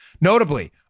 Notably